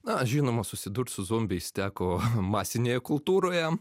na žinoma susidurt su zombiais teko masinėje kultūroje